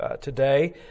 today